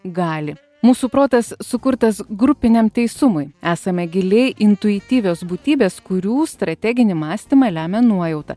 gali mūsų protas sukurtas grupiniam teisumui esame giliai intuityvios būtybės kurių strateginį mąstymą lemia nuojauta